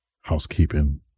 housekeeping